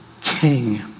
king